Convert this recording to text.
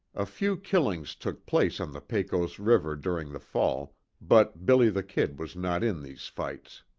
a few killings took place on the pecos river during the fall, but billy the kid was not in these fights.